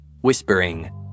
whispering